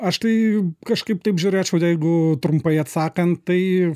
aš tai jums kažkaip taip žiūrėčiau jeigu trumpai atsakant tai